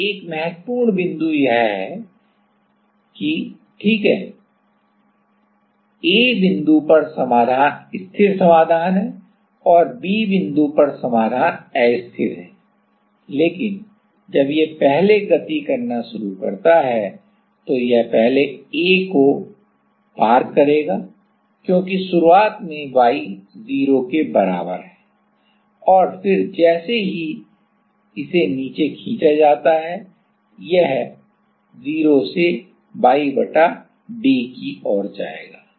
अब एक महत्वपूर्ण बिंदु यह है कि ठीक है A बिंदु पर समाधान स्थिर समाधान है और B बिंदु पर समाधान अस्थिर है लेकिन जब यह पहले गति करना शुरू करता है तो यह पहले A को दाएं पार करेगा क्योंकि शुरुआत में y 0 के बराबर है और फिर जैसे ही इसे नीचे खींचा जाता है फिर यह 0 से y बटा d की ओर जाएगा